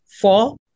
four